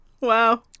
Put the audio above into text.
Wow